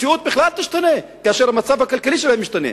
המציאות בכלל תשתנה כאשר המצב הכלכלי שלו ישתנה.